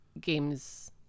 games